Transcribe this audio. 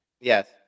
Yes